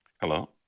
Hello